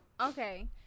Okay